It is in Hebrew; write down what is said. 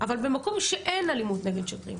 אבל במקום שאין אלימות נגד שוטרים,